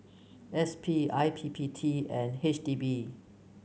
S P I P P T and H D B